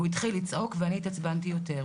הוא התחיל לצעוק ואני התעצבנתי יותר.